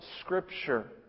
Scripture